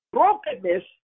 brokenness